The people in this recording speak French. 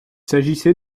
s’agissait